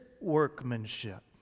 workmanship